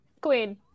Queen